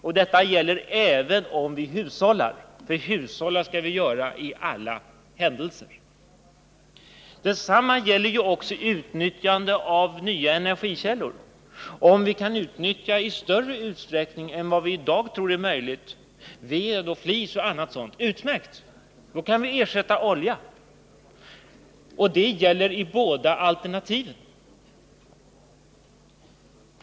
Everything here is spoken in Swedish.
Och det gäller även om vi hushållar — för det skall vi göra i alla händelser. Detsamma gäller utnyttjande av nya energikällor. Om vi i större utsträckning än vi i dag tror är möjligt kan utnyttja ved, flis och annat, är det utmärkt. Då kan vi ersätta olja. Och det gäller i båda alternativen!